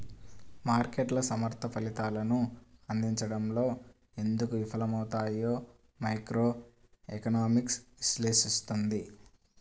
మార్కెట్లు సమర్థ ఫలితాలను అందించడంలో ఎందుకు విఫలమవుతాయో మైక్రోఎకనామిక్స్ విశ్లేషిస్తుంది